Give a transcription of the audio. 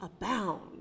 abound